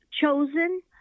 chosen